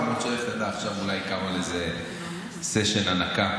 אבל לך תדע, אולי עכשיו היא קמה לסשן הנקה.